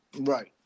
Right